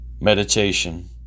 Meditation